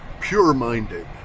pure-minded